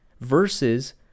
Versus